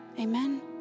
Amen